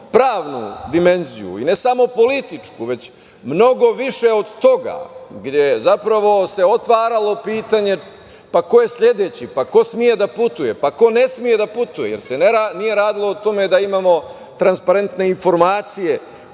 pravnu dimenziju, i ne samo političku, već mnogo više od toga, gde se zapravo otvaralo pitanje - ko je sledeći, ko sme da putuje, pa, ko ne sme da putuje, jer se nije radilo o tome da imamo transparentne informacije